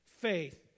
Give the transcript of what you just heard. faith